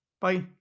bye